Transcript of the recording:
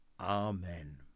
Amen